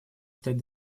стать